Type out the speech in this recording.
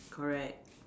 correct